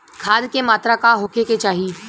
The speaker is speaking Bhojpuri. खाध के मात्रा का होखे के चाही?